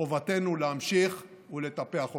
חובתנו להמשיך ולטפח אותם.